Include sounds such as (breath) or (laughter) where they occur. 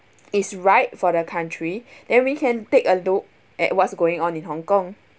is right for the country (breath) then we can take a look at what's going on in hong-kong